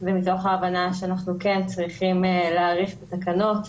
ומתוך ההבנה שאנחנו כן צריכים להאריך את התקנות,